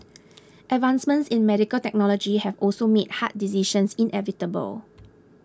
advancements in medical technology have also made hard decisions inevitable